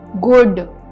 good